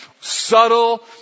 subtle